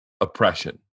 oppression